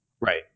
Right